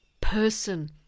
person